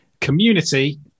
community